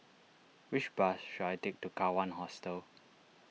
which bus should I take to Kawan Hostel